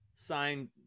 Signed